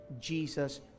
Jesus